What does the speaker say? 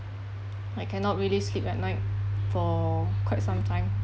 I cannot really sleep at night for quite some time